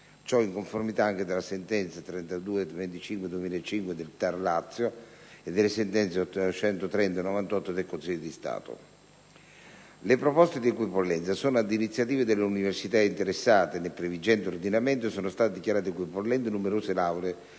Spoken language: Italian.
in conformità con la sentenza n. 3225/2005 del TAR Lazio e con la sentenza n. 830/1998 del Consiglio di Stato). Le proposte di equipollenza sono ad iniziativa delle università interessate e nel previgente ordinamento sono state dichiarate equipollenti numerose lauree